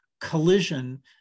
collision